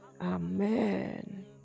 Amen